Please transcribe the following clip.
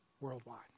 worldwide